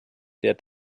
der